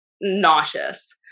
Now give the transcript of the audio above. nauseous